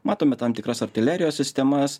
matome tam tikras artilerijos sistemas